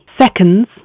seconds